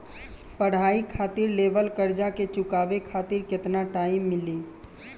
पढ़ाई खातिर लेवल कर्जा के चुकावे खातिर केतना टाइम मिली?